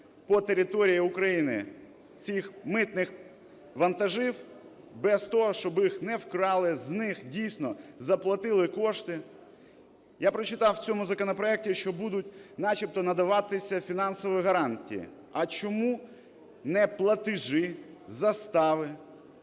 по території України цих митних вантажів без того, щоб їх не вкрали, з них дійсно заплатили кошти? Я прочитав в цьому законопроекті, що будуть начебто надаватися фінансові гарантії. А чому не платежі, застави?